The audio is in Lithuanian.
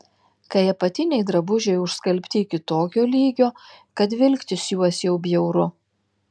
kai apatiniai drabužiai užskalbti iki tokio lygio kad vilktis juos jau bjauru